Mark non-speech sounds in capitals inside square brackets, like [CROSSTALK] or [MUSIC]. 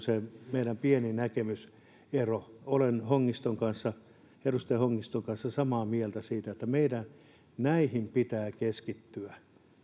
[UNINTELLIGIBLE] se meidän pieni näkemyseromme olen edustaja hongiston kanssa samaa mieltä siitä että meidän näihin pitää keskittyä